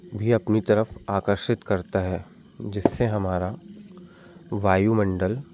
भी अपनी तरफ़ आकर्षित करता है जिससे हमारा वायुमंडल